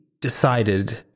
decided